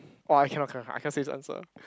!wah! I cannot cannot I cannot say his answer